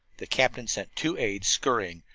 the captain sent two aides scurrying,